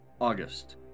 August